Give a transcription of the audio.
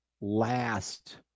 last